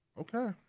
Okay